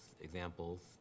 examples